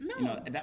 No